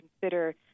consider